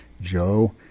Joe